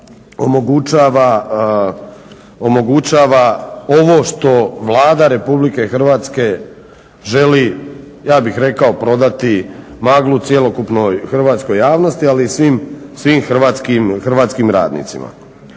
omogućava ovo što Vlada Republike Hrvatske želi ja bih rekao prodati maglu cjelokupnoj hrvatskoj javnosti, ali i svim hrvatskim radnicima.